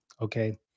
Okay